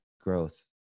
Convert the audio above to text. growth